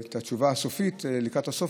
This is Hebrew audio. את התשובה הסופית לקראת הסוף.